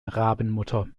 rabenmutter